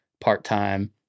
part-time